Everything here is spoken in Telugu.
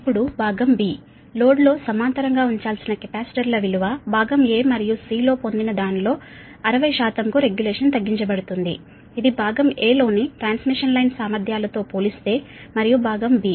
ఇప్పుడు భాగం బి లోడ్ లో సమాంతరంగా ఉంచాల్సిన కెపాసిటర్ల విలువ భాగం ఎ మరియు సి లో పొందిన దానిలో 60 కు రెగ్యులేషన్ తగ్గించబడుతుంది ఇది భాగం ఎ లోని ట్రాన్స్మిషన్ లైన్ సామర్థ్యాలతో పోలిస్తే మరియు భాగం బి